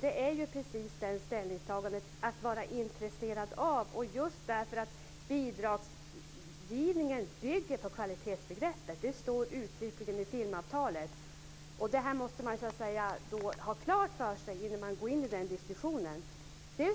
Det är precis det ställningstagandet vi skriver om i vår motion, att vara intresserad av detta. Bidragsgivningen bygger ju just på kvalitetsbegreppet, det står uttryckligen i filmavtalet. Det måste man ha klart för sig innan man går in i den här diskussionen. Vi